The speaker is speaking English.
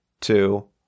two